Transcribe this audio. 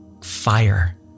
fire